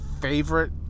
favorite